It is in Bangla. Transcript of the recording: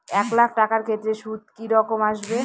এক লাখ টাকার ক্ষেত্রে সুদ কি রকম আসবে?